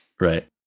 Right